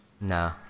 No